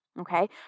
okay